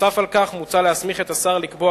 נוסף על כך מוצע להסמיך את השר לקבוע